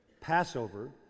Passover